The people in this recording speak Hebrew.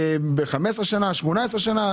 על 15 שנים או 18 שנים קדימה.